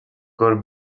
core